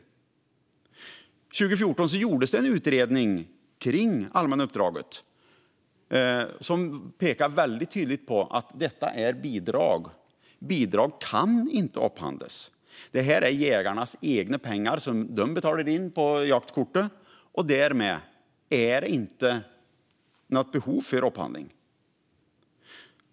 År 2014 gjordes en utredning om allmänna uppdraget som tydligt pekade på att detta är bidrag, och bidrag kan inte upphandlas. Det här är jägarnas egna pengar som de betalar in på jaktkortet, och därmed finns inget behov av upphandling.